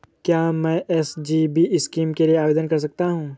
क्या मैं SGB scheme के लिए आवेदन कर सकता हूँ?